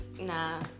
nah